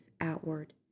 outward